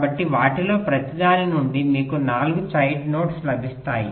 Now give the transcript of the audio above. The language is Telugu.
కాబట్టి వాటిలో ప్రతిదాని నుండి మీకు 4 చైల్డ్ నోడ్స్ లభిస్తాయి